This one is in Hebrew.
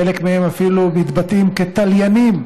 חלק מהם אפילו מתבטאים כתליינים,